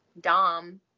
Dom